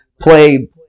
play